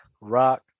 rock